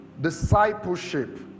discipleship